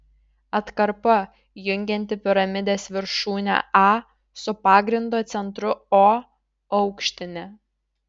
atkarpa jungianti piramidės viršūnę a su pagrindo centru o aukštinė